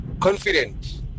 confident